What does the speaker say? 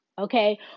Okay